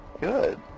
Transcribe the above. Good